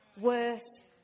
worth